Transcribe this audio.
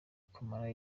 kumara